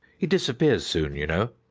he disappears soon, you know.